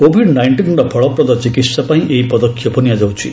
Covid ନାଇଷ୍ଟିନ୍ର ଫଳପ୍ରଦ ଚିକିତ୍ସା ପାଇଁ ଏହି ପଦକ୍ଷେପ ନିଆଯାଉଛି